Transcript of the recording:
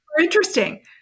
interesting